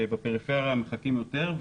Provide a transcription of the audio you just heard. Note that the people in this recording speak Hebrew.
שבפריפריה מחכים יותר,